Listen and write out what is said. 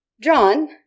John